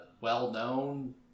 well-known